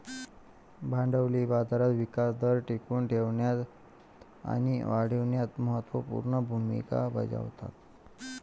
भांडवली बाजार विकास दर टिकवून ठेवण्यात आणि वाढविण्यात महत्त्व पूर्ण भूमिका बजावतात